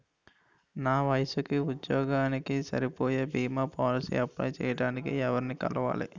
నా వయసుకి, ఉద్యోగానికి సరిపోయే భీమా పోలసీ అప్లయ్ చేయటానికి ఎవరిని కలవాలి?